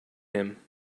him